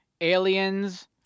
Aliens